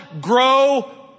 grow